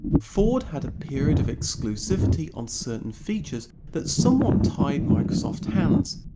ford had a period of exclusivity on certain features that somewhat tied microsoft's hands.